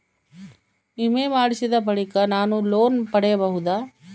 ವಿಮೆ ಮಾಡಿಸಿದ ಬಳಿಕ ನಾನು ಲೋನ್ ಪಡೆಯಬಹುದಾ?